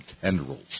tendrils